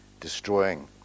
destroying